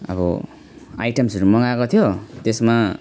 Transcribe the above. अब आइटेम्सहरू मगाएको थियो त्यसमा